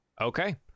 Okay